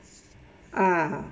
ah